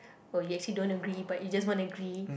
oh you actually don't agree but you just want agree